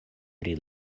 pri